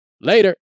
Later